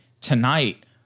tonight